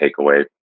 takeaway